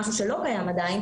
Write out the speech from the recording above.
זה משהו שלא קיים עדיין